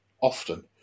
often